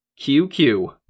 QQ